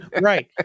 right